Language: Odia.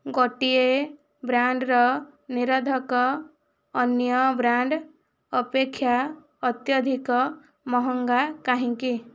ଗୋଟିଏ ବ୍ରାଣ୍ଡ୍ର ନିରୋଧକ ଅନ୍ୟ ବ୍ରାଣ୍ଡ୍ ଅପେକ୍ଷା ଅତ୍ୟଧିକ ମହଙ୍ଗା କାହିଁକି